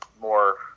more